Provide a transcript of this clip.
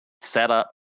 setup